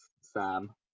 Sam